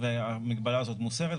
והמגבלה הזו מוסרת,